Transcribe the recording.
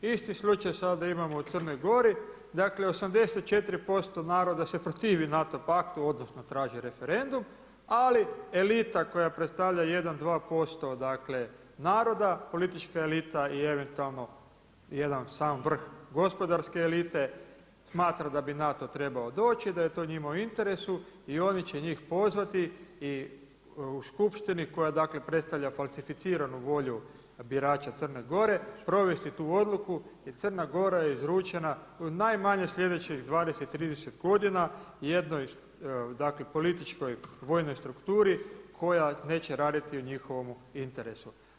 Isti slučaj sada imamo u Crnoj Gori, dakle 84% naroda se protivi NATO paktu odnosno traži referendum, ali elita koja predstavlja 1, 2% naroda politička elita i eventualno i jedan sam vrh gospodarske elite smatra da bi NATO trebao doći da je to njima u interesu i oni će njih pozvati i u skupštini koja predstavlja falsificiranu volju birača Crne Gore provesti tu odluku i Crna Gora je izručena u najmanje sljedećih 20, 30 godina jednoj političkoj vojnoj strukturi koja neće raditi u njihovomu interesu.